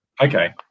Okay